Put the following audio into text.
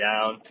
down